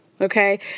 Okay